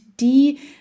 die